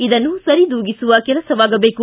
ಇದನ್ನು ಸರಿದೂಗಿಸುವ ಕೆಲಸವಾಗಬೇಕು